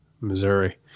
Missouri